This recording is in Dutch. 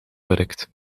werkt